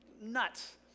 nuts